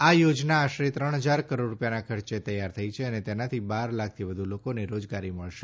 આ યોજના આશરે ત્રણ હજાર કરોડ રૂપિયાના ખર્ચે તૈયાર થઇ છે અને તેનાથી બાર લાખથી વધુ લોકોને રોજગારી મળી